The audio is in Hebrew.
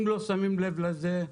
אם לא שמים לב לזה,